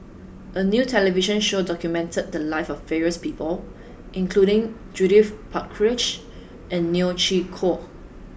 a new television show documented the lives of various people including Judith Prakash and Neo Chwee Kok